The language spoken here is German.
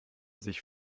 sich